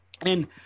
And-